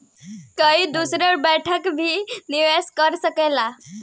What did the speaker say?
कोई दूर बैठल भी निवेश कर सकेला